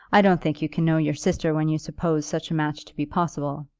i don't think you can know your sister when you suppose such a match to be possible.